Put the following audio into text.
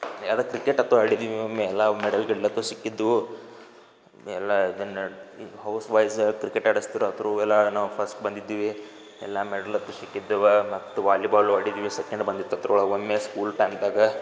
ಅದು ಕ್ರಿಕೆಟ್ ಅಂತೂ ಆಡಿದ್ದೀವಿ ಒಮ್ಮೆ ಎಲ್ಲ ಮೆಡಲ್ ಗಿಡಲ್ ಅಂತೂ ಸಿಕ್ಕಿದ್ದವು ಎಲ್ಲ ಅದನ್ನು ಹೌಸ್ವೈಸ್ ಕ್ರಿಕೆಟ್ ಆಡಿಸ್ತಿದ್ರು ಎಲ್ಲ ನಾವು ಫಸ್ಟ್ ಬಂದಿದ್ದೀವಿ ಎಲ್ಲ ಮೆಡ್ಲ್ ಅಂತೂ ಸಿಕ್ಕಿದ್ದವು ಮತ್ತು ವಾಲಿಬಾಲೂ ಆಡಿದ್ದೀವಿ ಸೆಕೆಂಡ್ ಬಂದಿತ್ತು ಅದ್ರೊಳಗೆ ಒಮ್ಮೆ ಸ್ಕೂಲ್ ಟೈಮ್ದಾಗ